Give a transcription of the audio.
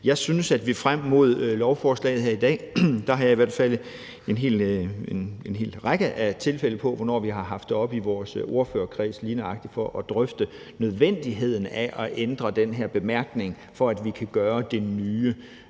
hvert fald, at jeg frem mod lovforslaget her i dag har en hel række af tilfælde, hvor vi har haft det oppe i vores ordførerkreds for lige nøjagtig at drøfte nødvendigheden af at ændre den her bemærkning, for at vi kan gøre det nye.